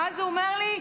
ואז הוא אומר לי: